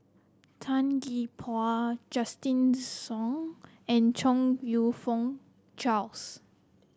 Tan Gee Paw Justin Zhuang and Chong You Fook Charles